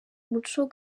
umuco